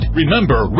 Remember